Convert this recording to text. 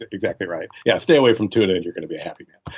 exactly right. yeah. stay away from tuna and you're going to be a happy man.